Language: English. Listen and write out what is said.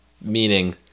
Meaning